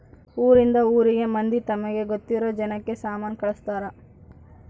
ಊರಿಂದ ಊರಿಗೆ ಮಂದಿ ತಮಗೆ ಗೊತ್ತಿರೊ ಜನಕ್ಕ ಸಾಮನ ಕಳ್ಸ್ತರ್